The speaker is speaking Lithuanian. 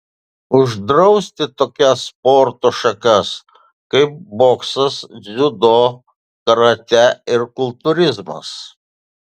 uždrausti tokias sporto šakas kaip boksas dziudo karatė ir kultūrizmas